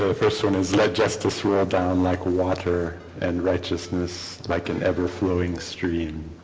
ah first one is let justice roll down like water and righteousness like an ever-flowing stream